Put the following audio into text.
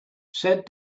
said